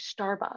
Starbucks